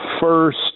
first